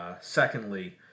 secondly